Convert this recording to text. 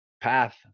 path